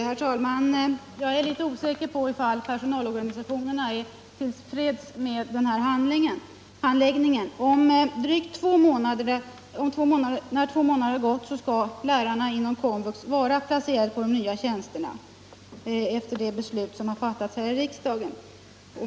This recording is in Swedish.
Herr talman! Jag är inte så säker på att personalorganisationerna är till freds med handläggningen. Inom två månader skall lärarna inom kommunal vuxenutbildning vara placerade i de nya tjänsterna, enligt beslut som har fattats här i riksdagen.